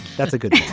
that's a good thing